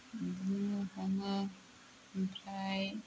बिदिनो हमो ओमफ्राय